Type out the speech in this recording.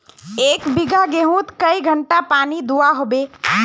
एक बिगहा गेँहूत कई घंटा पानी दुबा होचए?